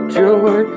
joy